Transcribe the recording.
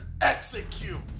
execute